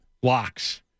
blocks